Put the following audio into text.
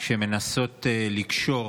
שמנסות לקשור